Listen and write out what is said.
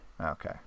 Okay